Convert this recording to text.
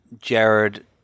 Jared